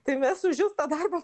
tai mes už jus tą darbą